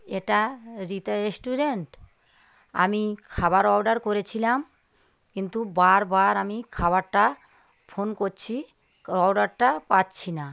এটা রিতা রেস্টুরেন্ট আমি খাবার অর্ডার করেছিলাম কিন্তু বারবার আমি খাবারটা ফোন করছি অর্ডারটা পাচ্ছি না